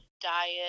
diet